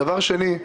דבר שני,